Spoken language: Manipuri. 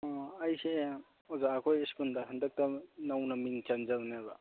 ꯑꯩꯁꯦ ꯑꯣꯖꯥ ꯈꯣꯏꯒꯤ ꯁ꯭ꯀꯨꯜꯗ ꯍꯟꯗꯛꯇ ꯅꯧꯅ ꯃꯤꯡ ꯆꯟꯖꯕꯅꯦꯕ